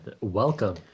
welcome